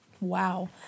Wow